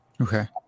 Okay